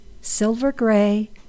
silver-gray